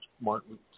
Martin